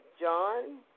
John